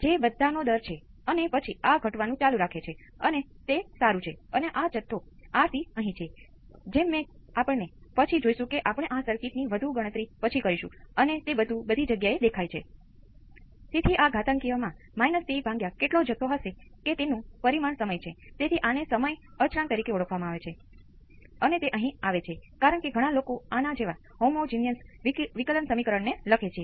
તેથી અહીં પણ તે જ વસ્તુ થાય છે તે સહેજ વધુ જટિલ છે કારણ કે Vs ની હાજરી સાથે તે સ્પષ્ટ નથી કે તેઓ સમાંતરમાં છે પરંતુ જો Vs એ 0 પર સેટ છે તો તે ખૂબ જ સ્પષ્ટ છે કે તેઓ સમાંતરમાં છે